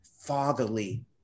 fatherly